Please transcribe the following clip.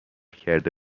کرده